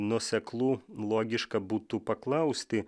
nuoseklu logiška būtų paklausti